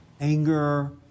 anger